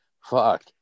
fuck